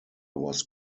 was